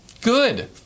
good